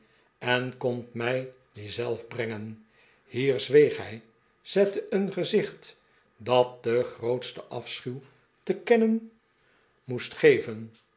en komt mij die zelf brengen hier zweeg hij zette een gezicht dat den grootsten afschuw te kennen moest geven